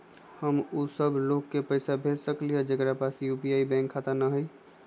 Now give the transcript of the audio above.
हम उ सब लोग के पैसा भेज सकली ह जेकरा पास यू.पी.आई बैंक खाता न हई?